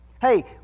Hey